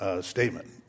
statement